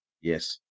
Yes